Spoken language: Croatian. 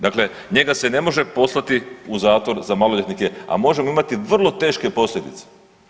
Dakle, njega se ne može poslati u zatvor za maloljetnike, a možemo imati vrlo teške posljedice.